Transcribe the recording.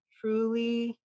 truly